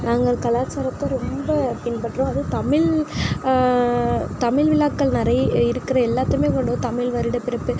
நாங்கள் கலாச்சாரத்தை ரொம்ப பின்பற்றுவோம் அதுவும் தமிழ் தமிழ் விழாக்கள் நிறைய இருக்கிற எல்லாத்தையுமே தமிழ் வருடப்பிறப்பு